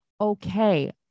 okay